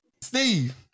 Steve